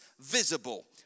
visible